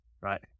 Right